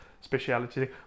speciality